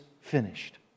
finished